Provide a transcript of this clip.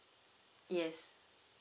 yes